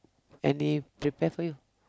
any prepare for you